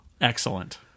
Excellent